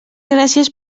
gràcies